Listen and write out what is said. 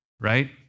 right